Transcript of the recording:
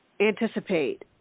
anticipate